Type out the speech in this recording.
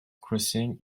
crossing